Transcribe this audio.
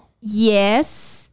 Yes